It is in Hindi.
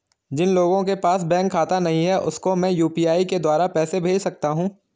जिन लोगों के पास बैंक खाता नहीं है उसको मैं यू.पी.आई के द्वारा पैसे भेज सकता हूं?